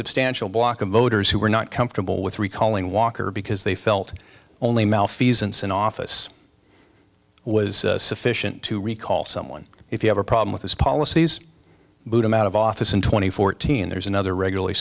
substantial bloc of voters who were not comfortable with recalling walker because they felt only malfeasance in office was sufficient to recall someone if you have a problem with his policies boot him out of office in two thousand and fourteen there's another regularly